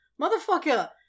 motherfucker